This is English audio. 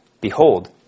Behold